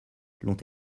l’ont